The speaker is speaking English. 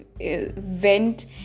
went